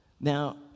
Now